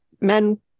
men